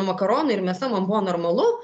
makaronai ir mėsa man buvo normalu